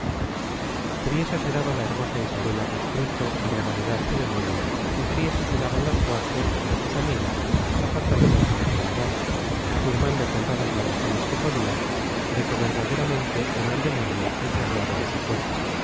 priesa se daba la hermosa isabela castrucho á revalidar su demonio y priesa se daban las cuatro ya sus amigas á fortalecer su enfermedad afirmando con todas las razones que podian de que verdaderamente era el demonio el que hablaba en su cuerpo